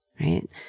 Right